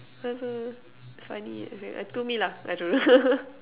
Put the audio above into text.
it's funny to me lah I don't know